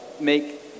make